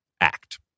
act